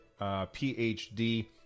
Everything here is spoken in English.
PhD